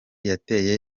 yateye